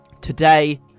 today